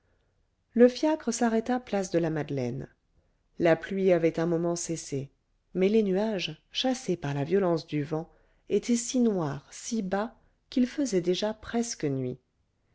le fiacre s'arrêta place de la madeleine la pluie avait un moment cessé mais les nuages chassés par la violence du vent étaient si noirs si bas qu'il faisait déjà presque nuit